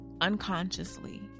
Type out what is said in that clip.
unconsciously